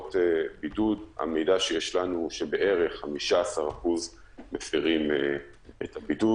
להפרות בידוד המידע שיש לנו הוא שבערך 15% מפרים את הבידוד.